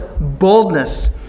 boldness